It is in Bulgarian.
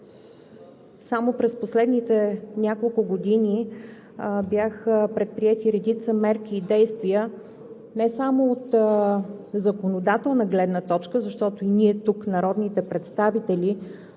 само през последните няколко години бяха предприети редица мерки и действия не само от законодателна гледна точка, защото и ние тук – народните представители,